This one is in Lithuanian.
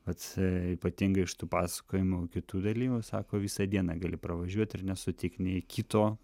vat ypatingai iš tų pasakojimų kitų dalyvių sako visą dieną gali pravažiuot ir nesutikt nei kito